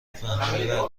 فهمیدم